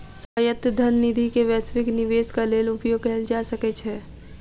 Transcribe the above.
स्वायत्त धन निधि के वैश्विक निवेशक लेल उपयोग कयल जा सकै छै